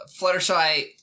Fluttershy